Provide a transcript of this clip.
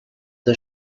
the